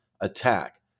attack